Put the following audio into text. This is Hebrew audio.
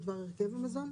בדבר הרכב המזון.